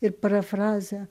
ir parafrazę